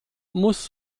muss